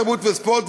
התרבות והספורט,